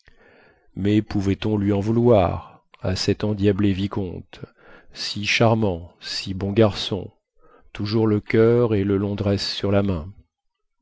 mais pouvait-on lui en vouloir à cet endiablé vicomte si charmant si bon garçon toujours le coeur et le londrès sur la main